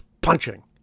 punching